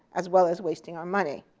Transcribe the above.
as well as wasting our money.